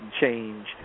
change